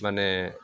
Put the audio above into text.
माने